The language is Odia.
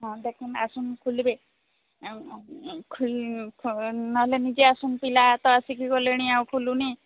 ହଁ ଦେଖନ୍ ଆସନ୍ ଖୁଲିବେ ନହେଲେ ନିଜେ ଆସୁନ୍ ପିଲା ତ ଆସିକି ଗଲେଣି ଆଉ ଖୋଲୁନି